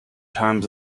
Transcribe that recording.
times